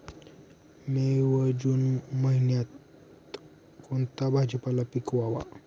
मे व जून महिन्यात कोणता भाजीपाला पिकवावा?